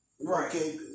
right